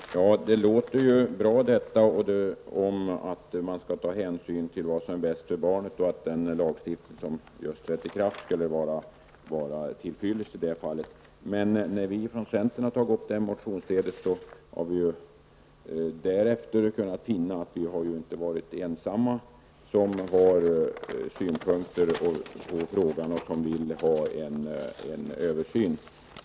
Herr talman! Det låter ju bra att man skall ta hänsyn till barnens bästa och att den lagstiftning som just trätt i kraft skulle vara till fyllest i det fallet. Men när vi från centern har tagit upp frågan motionsledes har vi efteråt funnit att vi inte har varit ensamma om att ha synpunkter på frågan och velat ha en översyn.